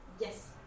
Yes